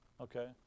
Okay